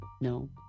No